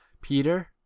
peter